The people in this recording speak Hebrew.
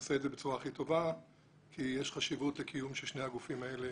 ונעשה את זה בצורה הכי טובה כי יש חשיבות לקיום של שני הגופים האלה